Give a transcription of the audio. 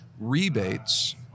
rebates